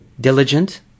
Diligent